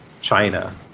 China